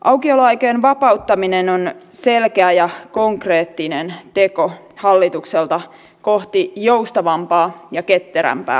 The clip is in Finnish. aukioloaikojen vapauttaminen on selkeä ja konkreettinen teko hallitukselta kohti joustavampaa ja ketterämpää suomea